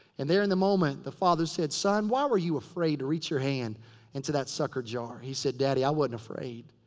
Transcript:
and there in the moment the father said, son why were you afraid to reach your hand into that sucker jar? he said, daddy, i wasn't afraid.